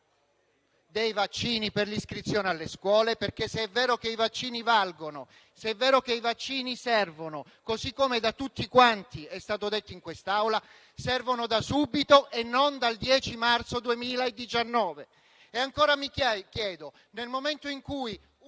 dei vaccini per l'iscrizione alle scuole. Infatti, se è vero che i vaccini valgono, se è vero che servono, così come da tutti quanti è stato detto in quest'Aula, servono da subito e non dal 10 marzo 2019. Mi chiedo inoltre cosa succederà nel momento in cui al